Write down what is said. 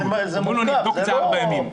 אמרו לו שיבדקו את זה בתוך ארבעה ימים.